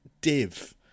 div